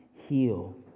heal